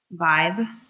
vibe